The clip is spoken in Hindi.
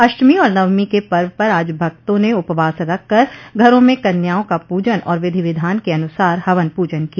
अष्टमी और नवमी के पर्व पर आज भक्तों ने उपवास रखकर घरों में कन्याओं का पूजन और विधिविधान के अनुसार हवन पूजन किया